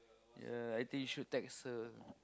ya I think you should text her